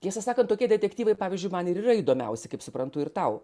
tiesą sakant tokie detektyvai pavyzdžiui man ir yra įdomiausi kaip suprantu ir tau